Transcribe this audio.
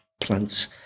plants